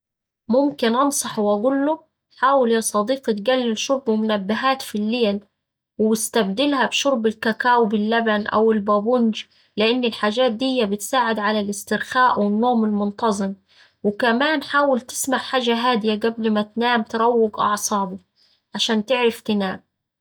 ممكن أنصحه وأقوله: حاول يا صديقي تقلل شرب منبهات في الليل واستبدلها بشرب الكاكاو باللبن أو البابونج لأن الحاجات دية بتساعد على الاسترخاء والنوم المنتظم، وكمان حاول تسمع حاجة هادية قبل ما تنام تروق أعصابك عشان تعرف تنام.